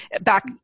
Back